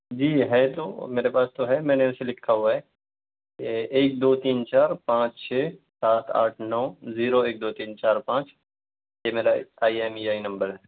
جی ہے تو میرے پاس تو ہے میں نے اُسے لِکھا ہُوا ہے یہ ایک دو تین چار پانچ چھ سات آٹھ نو زیرو ایک دو تین چار پانچ یہ میرا I M E I number ہے